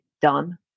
done